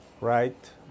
right